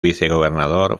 vicegobernador